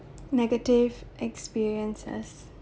negative experiences